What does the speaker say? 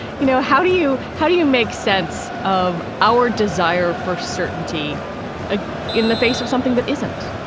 you know, how do you how do you make sense of our desire for certainty ah in the face of something that isn't